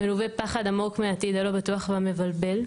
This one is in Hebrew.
מלווה בפחד עמוק מהעתיד הלא בטוח והמבלבל".